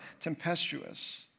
tempestuous